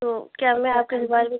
तो क्या मैं आपके दीवाल पर